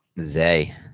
Zay